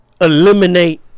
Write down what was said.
eliminate